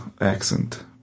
accent